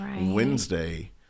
Wednesday